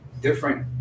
different